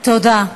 תודה.